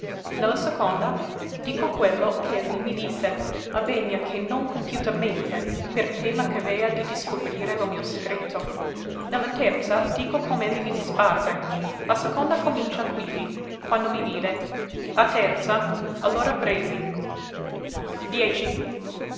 la seconda dico quello ch'elli mi disse avegna che non compiutamente per tema ch'avea di discovrire lo mio secreto ne la terza dico com'elli mi disparve la seconda comincia quivi quando mi vide la terza allora presi